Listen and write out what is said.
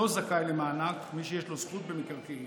לא זכאי למענק מי שיש לו זכות במקרקעין.